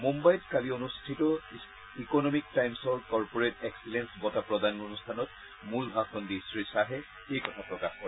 মুম্বাইত কালি অনুষ্ঠিত ইকনমিক টাইমছৰ কৰ্পৰেট এক্সিলেঞ্চ বঁটা প্ৰদান অনুষ্ঠানত মূল ভাষণ দি শ্ৰীশ্বাহে এই কথা প্ৰকেশ কৰে